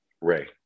Ray